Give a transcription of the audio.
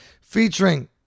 featuring